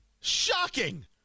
Shocking